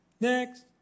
next